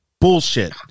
Bullshit